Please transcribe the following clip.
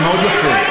זה מאוד יפה.